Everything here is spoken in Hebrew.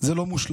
זה לא מושלם,